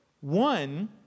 one